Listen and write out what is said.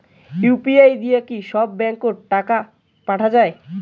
UPI দিয়া কি সব ব্যাংক ওত টাকা পাঠা যায়?